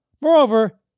Moreover